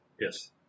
Yes